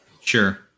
Sure